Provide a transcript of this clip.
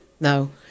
no